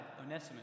Onesimus